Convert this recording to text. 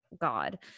God